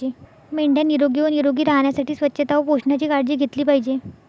मेंढ्या निरोगी व निरोगी राहण्यासाठी स्वच्छता व पोषणाची काळजी घेतली पाहिजे